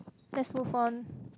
let's move on